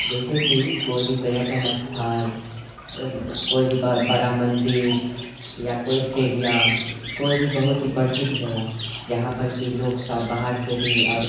जैसे कि कोइ भी पर्यटन स्थल कोइ भी बड़ा मन्दिर या कोइ स्टेडियम कोइ भी बहुत ही प्रसिद्ध जगह जहाँपर कि लोकसभ बाहरसँ भी आओर